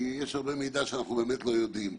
כי יש הרבה מידע שאנחנו לא יודעים.